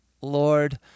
Lord